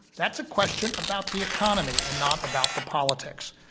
that's a question about the economy and not about the politics.